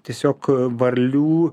tiesiog varlių